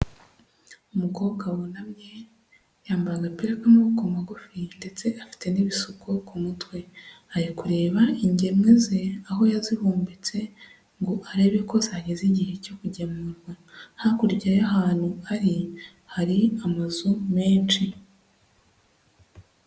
Umukobwa wunamye, yambaye agapira k'amaboko magufi, ndetse afite n'ibisuko ku mutwe, ari kureba ingemwe ze aho yazihumbitse ngo arebe ko zageze igihe cyo kugemurwa, hakurya y'ahantu ari hari amazu menshi.